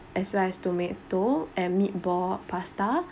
as well as tomato and meatball pasta